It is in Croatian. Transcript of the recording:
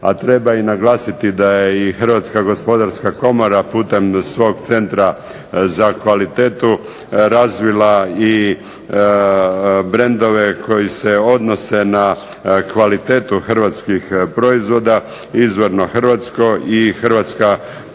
A treba i naglasiti da je i Hrvatska gospodarska komora putem svog centra za kvalitetu razvila i brendove koji se odnose na kvalitetu hrvatskih proizvoda, izvorno hrvatsko i hrvatska kvaliteta,